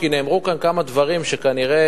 כי נאמרו כאן כמה דברים וכנראה